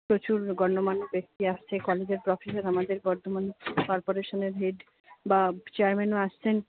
প্রচুর গণ্যমান্য ব্যক্তি আসছে কলেজের প্রফেসার আমাদের বর্ধমান কর্পোরেশনের হেড বা চেয়ারম্যানও আসছেন